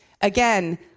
Again